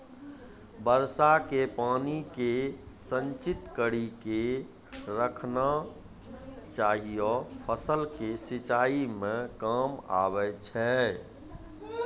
वर्षा के पानी के संचित कड़ी के रखना चाहियौ फ़सल के सिंचाई मे काम आबै छै?